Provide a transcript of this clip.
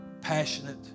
passionate